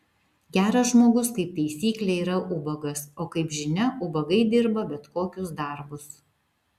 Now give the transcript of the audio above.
geras žmogus kaip taisyklė yra ubagas o kaip žinia ubagai dirba bet kokius darbus